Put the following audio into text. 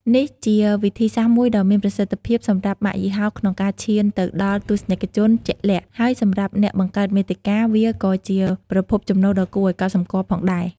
នេះជាវិធីសាស្ត្រមួយដ៏មានប្រសិទ្ធភាពសម្រាប់ម៉ាកយីហោក្នុងការឈានទៅដល់ទស្សនិកជនជាក់លាក់ ហើយសម្រាប់អ្នកបង្កើតមាតិកា វាក៏ជាប្រភពចំណូលដ៏គួរឲ្យកត់សម្គាល់ផងដែរ។